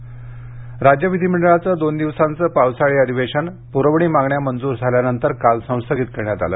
विधिमंडळ राज्य विधीमंडळाचं दोन दिवसांचं पावसाळी अधिवेशन पुरवणी मागण्या मंजूर झाल्यानंतर काल संस्थगित करण्यात आलं